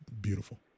beautiful